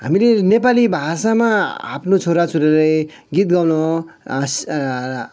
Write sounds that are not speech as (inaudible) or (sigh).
हामीले नेपाली भाषामा आफ्नो छोरा छोरीलाई गीत गाउनु हास (unintelligible)